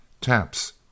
Taps